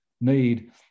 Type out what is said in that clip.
need